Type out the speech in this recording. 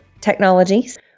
technologies